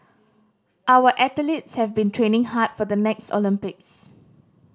our athletes have been training hard for the next Olympics